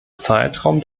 zeitraum